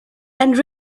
and